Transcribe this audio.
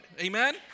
Amen